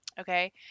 okay